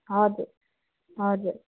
हजुर हजुर